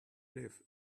live